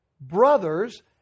brothers